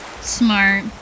Smart